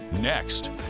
next